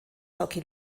hockey